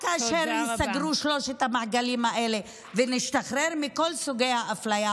רק כאשר ייסגרו שלושת המעגלים האלה ונשתחרר מכל סוגי האפליה,